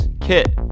kit